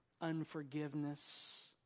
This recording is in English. unforgiveness